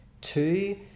Two